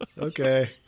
Okay